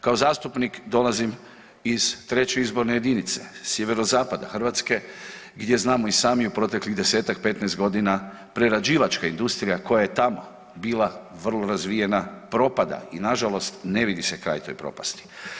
Kao zastupnik dolazim iz treće izborne jedinice, sjeverozapada Hrvatske gdje znamo i sami u proteklih 10-tak, 15 godina, prerađivačka industrija koja je tamo bila vrlo razvijena, propada i nažalost ne vidi se kraj toj propasti.